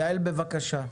יעל, בבקשה.